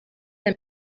them